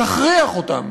תכריח אותם